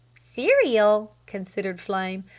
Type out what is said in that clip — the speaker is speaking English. cereal? considered flame.